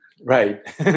Right